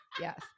Yes